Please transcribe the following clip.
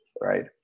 right